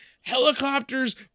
Helicopters